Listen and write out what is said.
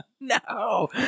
No